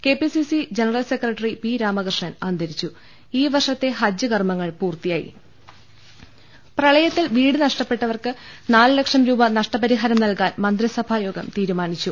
KPCC general secretary P Ramakrishnan അന്തരി നും ഈ വർഷത്തെ ഹജ്ജ് കർമ്മങ്ങൾ പൂർത്തിയായി പ്രളയത്തിൽ വീട് നഷ്ടപ്പെട്ടവർക്ക് നാല് ലക്ഷം രൂപ നഷ്ട പരിഹാരം നൽകാൻ മന്ത്രിസഭായോഗം തീരുമാനിച്ചു